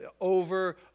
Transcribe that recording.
over